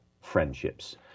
friendships